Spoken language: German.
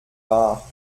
wahr